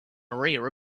maria